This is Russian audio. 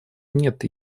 нет